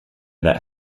that